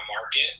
market